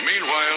Meanwhile